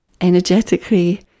energetically